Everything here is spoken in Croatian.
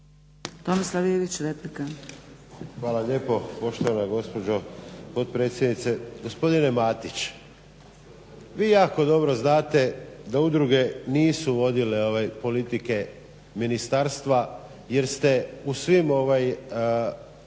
Tomislav (HDZ)** Hvala lijepo poštovana gospođo potpredsjednice. Gospodine Matić, vi jako dobro znate da udruge nisu vodile ove politike ministarstva jer ste u svim vladama